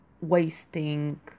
wasting